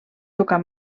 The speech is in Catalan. tocar